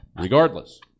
regardless